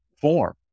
form